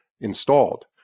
installed